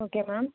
okay ma'am